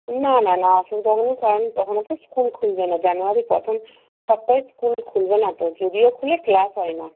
না না না অসুবিধা হবে না কারণ তখনও তো স্কুল খুলবে না জানুয়ারির প্রথম সপ্তাহে স্কুল খুলবে না তো যদিও খোলে ক্লাস হয় না